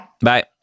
bye